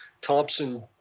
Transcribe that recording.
Thompson